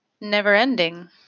never-ending